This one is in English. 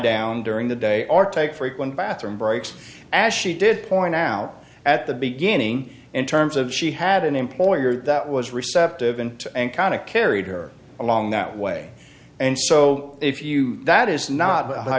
down during the day or take frequent bathroom breaks as she did point out at the beginning in terms of she had an employer that was receptive and and kind of carried her along that way and so if you that is not